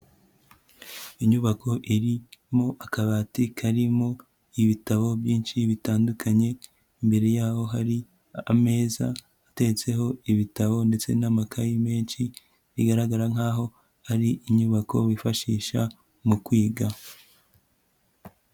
Inyubako irimo akabati karimo ibitabo byinshi bitandukanye, imbere yaho hari ameza ateretseho ibitabo ndetse n'amakayi menshi bigaragara nkaho ari inyubako bifashisha mu kwiga.